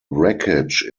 wreckage